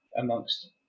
amongst